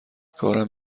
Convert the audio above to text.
کارم